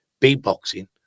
beatboxing